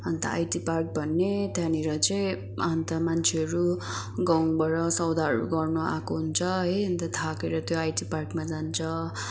अन्त IT park भन्ने त्यहाँनिर चाहिँ अन्त मान्छेहरू गाउँबाट सौदाहरू गर्नुआएको हुन्छ है अन्त थाकेर त्यो आइटी पार्कमा जान्छ